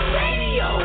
radio